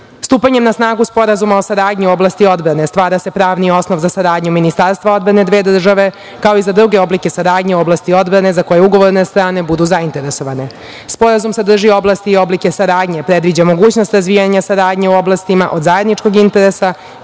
godine. Stupanjem na snagu Sporazuma o saradnji u oblasti odbrane stvara se pravni osnov za saradnju Ministarstva odbrane dve države, kao i za druge oblike saradnje u oblasti odbrane za koje ugovorne strane budu zainteresovane. Sporazume sadrži oblasti i oblike saradnje, predviđa mogućnost razvijanja saradnje u oblastima od zajedničkog interesa